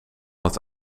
het